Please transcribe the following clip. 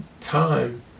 time